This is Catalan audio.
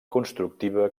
constructiva